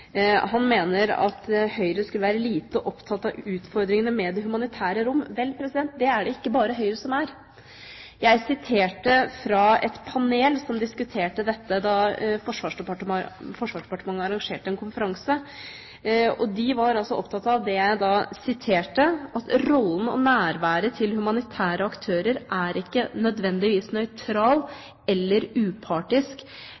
Han mener at Høyre skulle være lite opptatt av utfordringene med hensyn til det humanitære rom. Vel, det er det ikke bare Høyre som er. Jeg siterte fra et panel som diskuterte dette da Forsvarsdepartementet arrangerte en konferanse. De var opptatt av det jeg da siterte – rollen og nærværet, fordi nærværet til humanitære aktører ikke nødvendigvis